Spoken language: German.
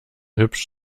hübsch